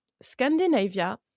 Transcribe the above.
Scandinavia